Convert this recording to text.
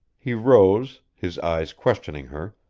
he rose, his eyes questioning her,